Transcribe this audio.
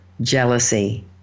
jealousy